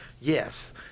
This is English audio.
Yes